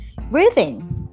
breathing